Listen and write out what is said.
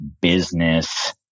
business